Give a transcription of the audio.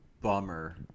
bummer